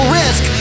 risk